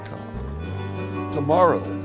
Tomorrow